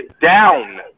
down